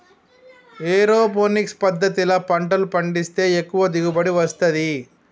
aeroponics పద్దతిల పంటలు పండిస్తే ఎక్కువ దిగుబడి వస్తది